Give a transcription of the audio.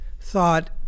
thought